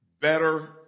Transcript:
Better